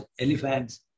elephants